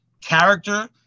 character